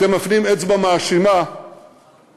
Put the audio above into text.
אתם מפנים אצבע מאשימה לירושלים,